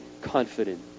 confident